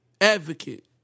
advocate